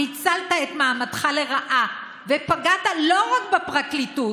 ניצלת את מעמדך לרעה ופגעת לא רק בפרקליטות.